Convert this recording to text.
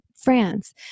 France